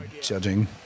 judging